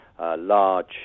Large